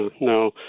No